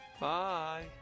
Bye